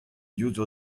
diouzh